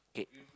okay